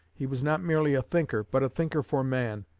he was not merely a thinker, but a thinker for man,